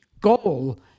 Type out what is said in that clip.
goal